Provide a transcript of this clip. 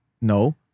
No